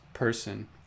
Person